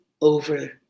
over